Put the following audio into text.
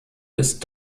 ist